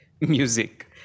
music